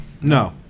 No